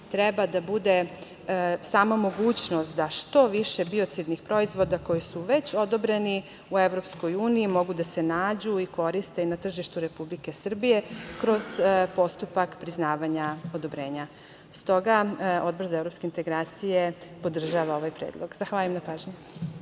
treba da bude sama mogućnost da što više biocidnih proizvoda koji su već odobreni u EU, mogu da se nađu i koriste i na tržištu Republike Srbije kroz postupak priznavanja, odobrenja. Stoga, Odbor za evropske integracije podržava ovaj predlog. Zahvaljujem na pažnji.